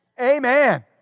Amen